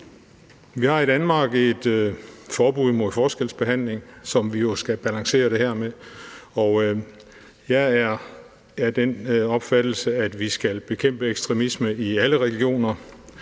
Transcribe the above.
Vi har i Danmark et forbud mod forskelsbehandling, som vi jo skal balancere det her med, og jeg er af den opfattelse, at vi skal bekæmpe ekstremisme i alle religioner.